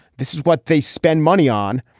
this is what they spend money on.